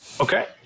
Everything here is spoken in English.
Okay